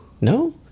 No